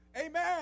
Amen